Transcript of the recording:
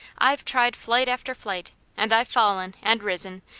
i've tried flight after flight and i've fallen, and risen,